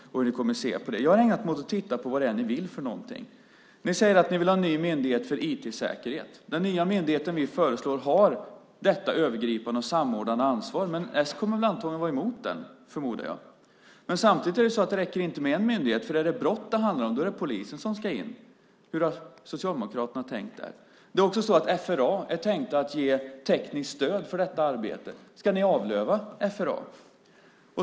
Jag har ägnat mig åt att titta på vad det är ni vill. Ni säger att ni vill ha en ny myndighet för IT-säkerhet. Den nya myndigheten vi föreslår har detta övergripande och samordnande ansvar, men s kommer väl att vara emot den, förmodar jag. Samtidigt är det så att det inte räcker med en myndighet, för är det brott det handlar om är det polisen som ska in. Hur har Socialdemokraterna tänkt där? Det är också så att FRA är tänkta att ge tekniskt stöd för detta arbete. Ska ni avlöva FRA?